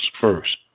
first